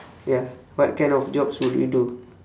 ya what kind of jobs would you do